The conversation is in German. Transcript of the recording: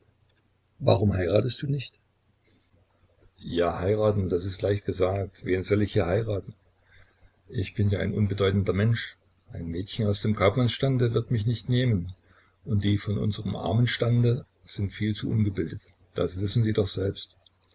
warum heiratest du nicht ja heiraten das ist leicht gesagt wen soll ich hier heiraten ich bin ja ein unbedeutender mensch ein mädchen aus dem kaufmannsstande wird mich nicht nehmen und die von unserem armen stande sind viel zu ungebildet das wissen sie doch selbst